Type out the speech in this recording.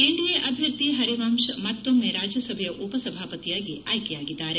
NDA ಅಭ್ಯರ್ಥಿ ಪರಿವಂಶ್ ಮತ್ತೊಮ್ಮ ರಾಜ್ಯಸಭೆಯ ಉಪಸಭಾಪತಿಯಾಗಿ ಆಯ್ಕೆಯಾಗಿದ್ದಾರೆ